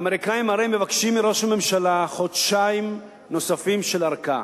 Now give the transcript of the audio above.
האמריקנים הרי מבקשים מראש הממשלה חודשיים נוספים של ארכה.